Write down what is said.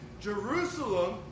Jerusalem